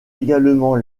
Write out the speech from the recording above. également